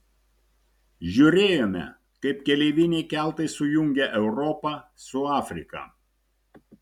žiūrėjome kaip keleiviniai keltai sujungia europą su afrika